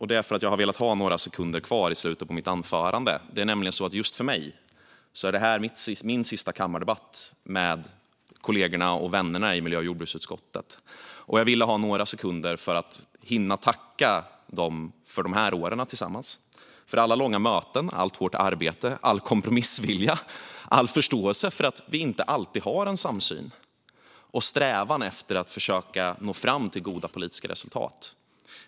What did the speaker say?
Det är för att jag ville ha några sekunder kvar i slutet av mitt anförande. Det är nämligen så att just för mig är det här den sista kammardebatten med kollegorna och vännerna i miljö och jordbruksutskottet. Jag ville ha några sekunder kvar för att hinna tacka dem för de här åren tillsammans - för alla långa möten, för allt hårt arbete, för all kompromissvilja, för all förståelse för att vi inte alltid har en samsyn och för strävan att försöka nå fram till goda politiska resultat.